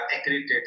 accredited